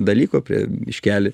dalyko prie biškelį